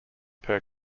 per